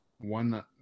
one